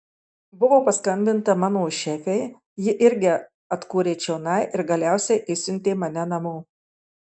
buvo paskambinta mano šefei ji irgi atkūrė čionai ir galiausiai išsiuntė mane namo